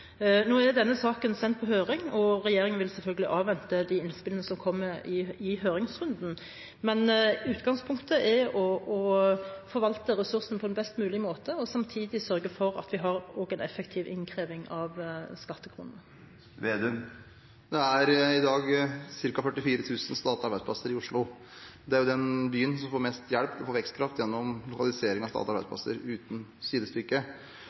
Nå er denne saken sendt på høring, og regjeringen vil selvfølgelig avvente de innspillene som kommer i høringsrunden. Men utgangspunktet er å forvalte ressursene på best mulig måte og samtidig sørge for at vi har en effektiv innkreving av skattekronene. Det er i dag ca. 44 000 statlige arbeidsplasser i Oslo. Det er den byen som får mest hjelp og vekstkraft gjennom lokalisering av statlige arbeidsplasser, uten sidestykke.